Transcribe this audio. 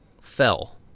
fell